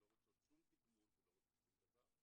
הן לא רוצות שום תגמול ולא רוצות שום דבר,